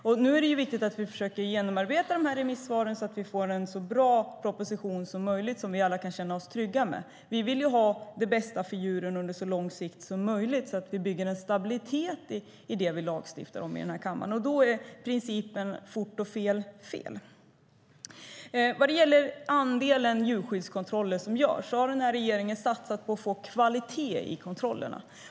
Det är viktigt att vi nu försöker genomarbeta remissvaren så att vi får en så bra proposition som möjligt, en som vi alla kan känna oss trygga med. Vi vill ha det bästa för djuren på så lång sikt som möjligt. Vi ska bygga en stabilitet i det vi lagstiftar om i denna kammare. Då är principen fort och fel inte rätt metod. Vad beträffar andelen djurskyddskontroller som görs har regeringen satsat på att få kvalitet i kontrollerna.